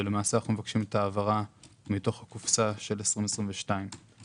ואנחנו מבקשים את ההעברה מתוך קופסה של 2022 במסגרת